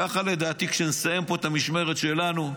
ככה, לדעתי, כשנסיים פה את המשמרת שלנו,